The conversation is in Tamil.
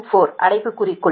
7874 அடைப்புக்குறிகுள்